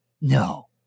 no